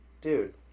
Dude